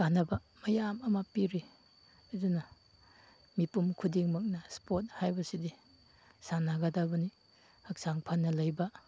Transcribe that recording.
ꯀꯥꯟꯅꯕ ꯃꯌꯥꯝ ꯑꯃ ꯄꯤꯔꯤ ꯑꯗꯨꯅ ꯃꯤꯄꯨꯝ ꯈꯨꯗꯤꯡꯃꯛꯅ ꯏꯁꯄꯣꯔꯠ ꯍꯥꯏꯕꯁꯤꯗꯤ ꯁꯥꯟꯅꯒꯗꯕꯅꯤ ꯍꯛꯆꯥꯡ ꯐꯅ ꯂꯩꯕ